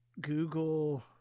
Google